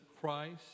Christ